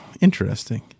interesting